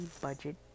budget